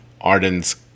Arden's